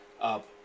up